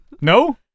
No